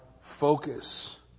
focus